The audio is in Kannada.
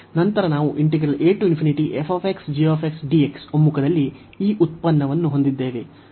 ನಂತರ ನಾವು ಒಮ್ಮುಖದಲ್ಲಿ ಈ ಉತ್ಪನ್ನವನ್ನು ಹೊಂದಿದ್ದೇವೆ